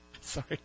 sorry